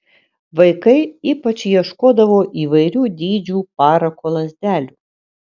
vaikai ypač ieškodavo įvairių dydžių parako lazdelių